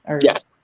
Yes